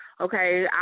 okay